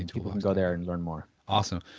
can go there and learn more awesome,